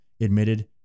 admitted